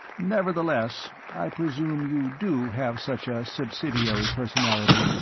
nevertheless i presume you do have such a subsidiary personality,